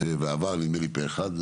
ועבר פה אחד,